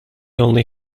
only